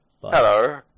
Hello